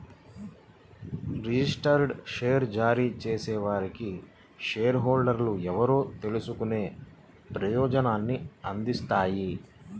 registered share జారీ చేసేవారికి share హోల్డర్లు ఎవరో తెలుసుకునే ప్రయోజనాన్ని అందిస్తాయి